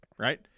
Right